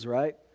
right